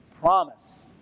Promise